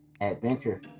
adventure